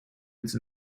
its